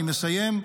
--- אני מסיים.